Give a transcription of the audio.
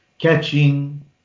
catching